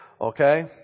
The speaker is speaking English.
Okay